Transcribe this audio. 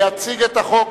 יציג את החוק